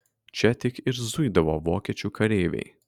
čia tik ir zuidavo vokiečių kareiviai